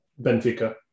Benfica